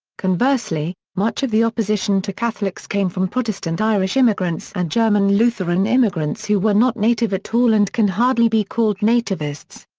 conversely, much of the opposition to catholics came from protestant irish immigrants and german lutheran immigrants who were not native at all and can hardly be called nativists.